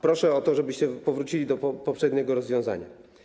Proszę o to, żebyście powrócili do poprzedniego rozwiązania.